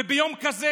וביום כזה,